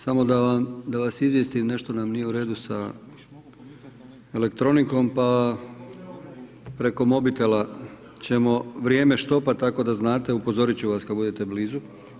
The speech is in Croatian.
Samo da vas izvijestim, nešto nam nije u redu sa elektronikom pa preko mobitela ćemo vrijeme štopati, tako da znate, upozoriti ću vas kada budete blizu.